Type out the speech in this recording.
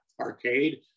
arcade